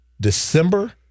December